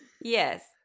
yes